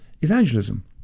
evangelism